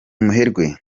muherwe